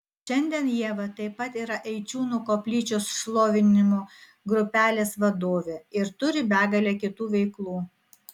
šiandien ieva taip pat yra eičiūnų koplyčios šlovinimo grupelės vadovė ir turi begalę kitų veiklų